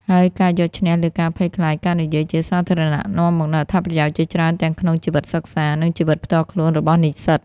ហើយការយកឈ្នះលើការភ័យខ្លាចការនិយាយជាសាធារណៈនាំមកនូវអត្ថប្រយោជន៍ជាច្រើនទាំងក្នុងជីវិតសិក្សា និងជីវិតផ្ទាល់ខ្លួនរបស់និស្សិត។